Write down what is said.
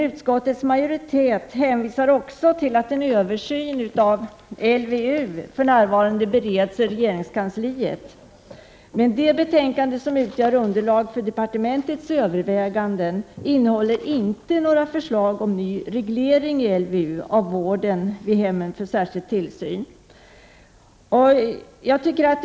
Utskottets majoritet hänvisar också till att en översyn av LVU för närvarande bereds inom regeringskansliet. Det betänkande som utgör underlag för departementets övervägande innehåller dock inte några förslag om ny reglering i LVU av vården vid hemmen för särskild tillsyn.